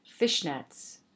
fishnets